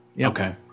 Okay